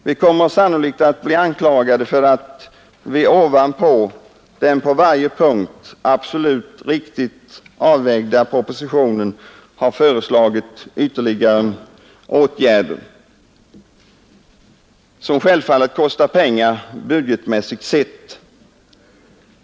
Vi kommer sannolikt att bli anklagade för att vi ovanpå den på varje punkt absolut riktigt avvägda propositionen har föreslagit ytterligare åtgärder, som självfallet kostar pengar, budgetmässigt sett.